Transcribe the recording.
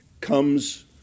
comes